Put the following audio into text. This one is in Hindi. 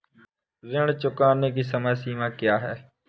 ऋण चुकाने की समय सीमा क्या है?